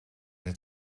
het